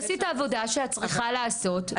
תעשי את העבודה שאת צריכה לעשות,